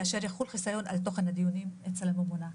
כאשר יחול חיסיון על תוכן הדיונים אצל הממונה.